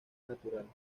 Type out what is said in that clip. natural